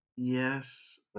Yes